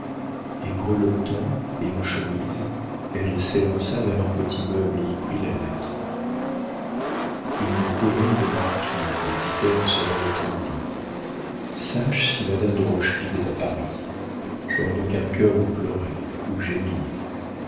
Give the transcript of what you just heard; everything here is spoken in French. et grelottant et en chemise elle s'élança vers un petit meuble et y prit la lettre une couronne de marquise dit-elle en se remettant au lit sache si madame de rochefide est à paris j'aurai donc un cœur où pleurer où gémir